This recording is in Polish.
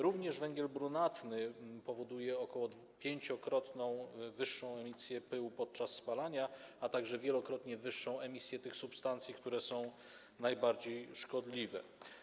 Również węgiel brunatny powoduje około pięciokrotnie wyższą emisję pyłu podczas spalania, a także wielokrotnie wyższą emisję tych substancji, które są najbardziej szkodliwe.